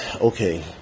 Okay